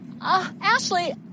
Ashley